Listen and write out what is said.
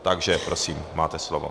Takže prosím, máte slovo.